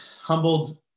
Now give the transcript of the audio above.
humbled –